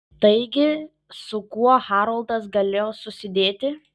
taigi su kuo haroldas galėjo susidėti